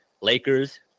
Lakers